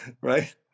Right